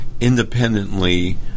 independently